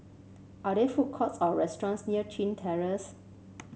are there food courts or restaurants near Chin Terrace